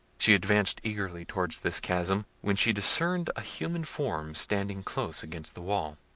she advanced eagerly towards this chasm, when she discerned a human form standing close against the wall.